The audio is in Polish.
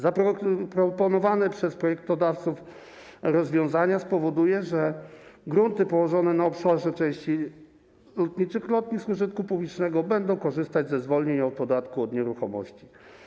Zaproponowane przez projektodawców rozwiązania spowodują, że grunty położone na obszarze części lotniczych lotnisk użytku publicznego będą korzystać ze zwolnień od podatku od nieruchomości.